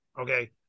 Okay